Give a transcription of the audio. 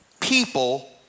people